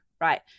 right